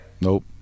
Nope